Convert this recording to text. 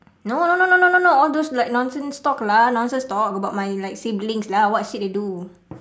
no no no no no no no no all those like nonsense talk lah nonsense talk about my like siblings lah what shit they do